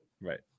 Right